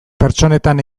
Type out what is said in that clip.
pertsonetan